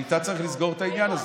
ואיתה צריך לסגור את העניין הזה.